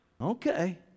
okay